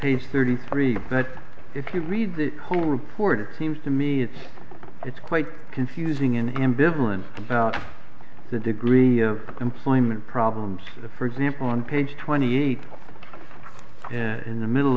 age thirty three but if you read the whole report it seems to me it's it's quite confusing in ambivalence about the degree of employment problems for the for example on page twenty eight in the middle